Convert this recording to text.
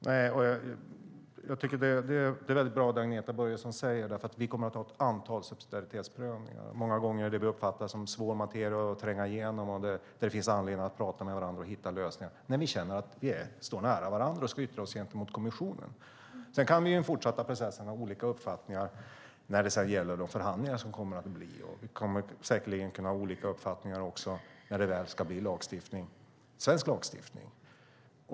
Fru talman! Jag tycker att det är väldigt bra att Agneta Börjesson säger det, för vi kommer att ha ett antal subsidiaritetsprövningar. Många gånger uppfattar vi det som svår materia att tränga igenom och att det finns anledning att prata med varandra och hitta lösningar när vi känner att vi står nära varandra och ska yttra oss gentemot kommissionen. Sedan kan vi fortsätta processen och ha olika uppfattningar när det gäller de förhandlingar som kommer att bedrivas. Vi kommer säkerligen att kunna ha olika uppfattningar också när det väl ska bli svensk lagstiftning.